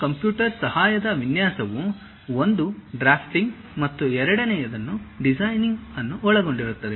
ಈ ಕಂಪ್ಯೂಟರ್ ಸಹಾಯದ ವಿನ್ಯಾಸವು ಒಂದು ಡ್ರಾಫ್ಟಿಂಗ್ ಮತ್ತು ಎರಡನೆಯದನ್ನು ಡಿಸೈನಿಂಗ್ ಅನ್ನು ಒಳಗೊಂಡಿರುತ್ತದೆ